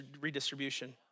redistribution